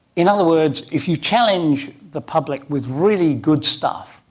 in other words if you challenge the public with really good stuff,